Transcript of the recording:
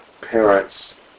parents